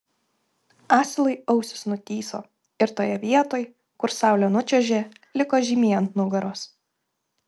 asilui ausys nutįso ir toje vietoj kur saulė nučiuožė liko žymė ant nugaros